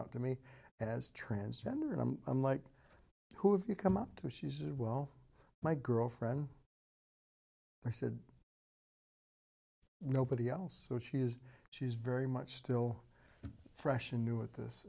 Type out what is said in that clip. out to me as transgender and i'm like who have you come up to she says well my girlfriend i said nobody else so she is she's very much still fresh and new at this